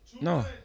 No